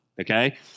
Okay